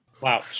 Wow